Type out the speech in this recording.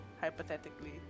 hypothetically